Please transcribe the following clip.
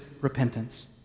repentance